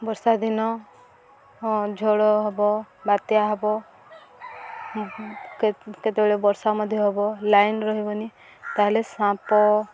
ବର୍ଷା ଦିନ ହଁ ଝଡ଼ ହବ ବାତ୍ୟା ହବ କେତ କେତେବେଳେ ବର୍ଷା ମଧ୍ୟ ହବ ଲାଇନ୍ ରହିବନି ତା'ହେଲେ ସାପ